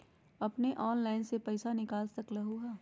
अपने ऑनलाइन से पईसा निकाल सकलहु ह?